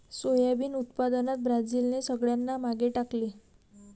soybean उत्पादनात ब्राझीलने सगळ्यांना मागे टाकले